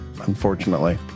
Unfortunately